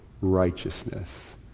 righteousness